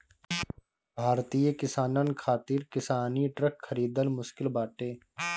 भारतीय किसानन खातिर किसानी ट्रक खरिदल मुश्किल बाटे